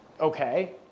okay